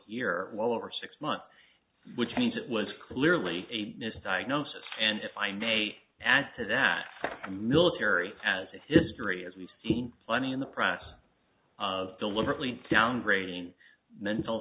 year well over six months which means it was clearly a misdiagnosis and if i may add to that the military has a history as we've seen plenty in the process of deliberately downgrading mental